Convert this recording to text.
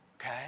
okay